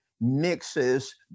mixes